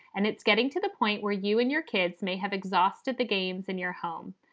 and it's getting to the point where you and your kids may have exhausted the games in your home.